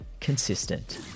consistent